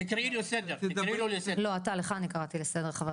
בבקשה, כב'